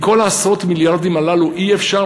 מכל עשרות המיליארדים הללו לא היה אפשר,